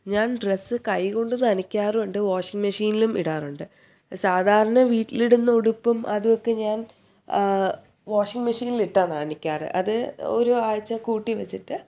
ഞാൻ ഡ്രസ്സ് കൈകൊണ്ട് നനക്കാറുമുണ്ട് വാഷിങ്ങ് മെഷീനിലും ഇടാറുണ്ട് സാധാരണ വീട്ടിലിടുന്ന ഉടുപ്പും അതുമൊക്കെ ഞാൻ വാഷിങ്ങ് മെഷീനിലിട്ടാണ് നനക്കാറ് അത് ഒരു ആഴ്ച കൂട്ടിവെച്ചിട്ട്